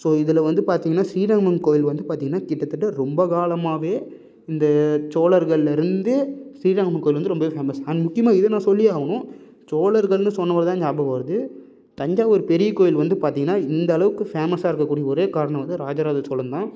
so இதில் வந்து பார்த்தீங்கன்னா ஸ்ரீரங்கம் கோயில் வந்து பார்த்தீங்கன்னா கிட்டத்தட்ட ரொம்ப காலமாகவே இந்த சோழர்கள்லருந்து ஸ்ரீரங்கம் கோயில் வந்து ரொம்பவே ஃபேமஸ் அண்ட் முக்கியமாக இதை நான் சொல்லியே ஆகணும் சோழர்கள்ன்னு சொன்னவோன தான் ஞாபகம் வருது தஞ்சாவூர் பெரிய கோயில் வந்து பார்த்தீங்கன்னா இந்த அளவுக்கு ஃபேமஸாக இருக்கக்கூடிய ஒரே காரணம் வந்து ராஜராஜ சோழன் தான்